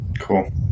Cool